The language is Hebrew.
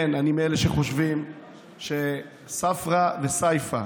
כן, אני מאלה שחושבים שספרא וסייפא.